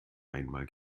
einmal